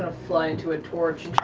ah fly into a torch.